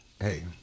Hey